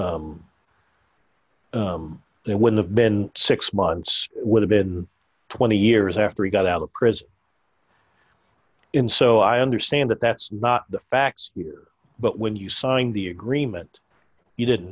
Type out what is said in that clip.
by there would have been six months would have been twenty years after he got out of prison in so i understand that that's not the facts here but when you signed the agreement you didn't